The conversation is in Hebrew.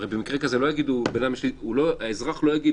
הרי במקרה כזה האזרח לא יגיד,